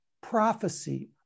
prophecy